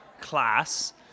class